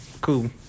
Cool